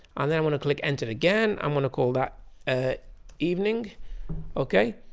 um then i'm gonna click enter again i'm gonna call that ah evening okay.